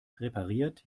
repariert